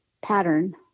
pattern